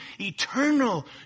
eternal